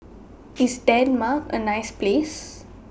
IS Denmark A nice Place